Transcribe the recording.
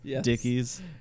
dickies